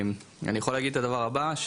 אני יכול להגיד את הדבר הבא,